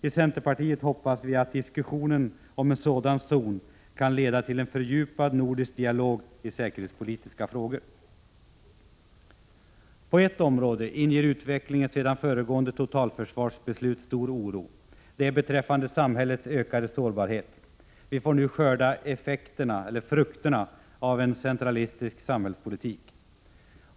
I centerpartiet hoppas vi att diskussionen om en sådan zon kan leda till en fördjupad nordisk dialog i säkerhetspolitiska frågor. På ett område inger utvecklingen sedan föregående totalförsvarsbeslut stor oro. Det är beträffande samhällets ökade sårbarhet. Vi får nu skörda effekterna eller ”frukterna” av en centralistisk samhällspolitik. Bl.